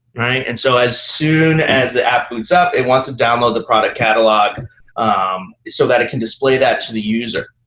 right? and so as soon as the app boots up, it wants to download the product catalog um so it can display that to the user.